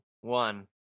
one